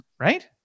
Right